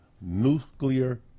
nuclear